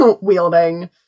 wielding